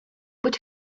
but